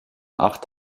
acht